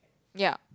ya